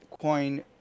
Coin